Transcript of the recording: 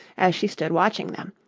as she stood watching them,